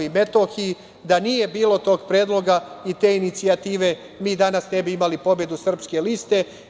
Da nije bilo tog predloga i te inicijative mi danas ne bismo imali pobedu Srpske liste.